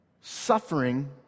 suffering